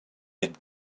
had